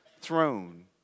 throne